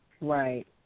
Right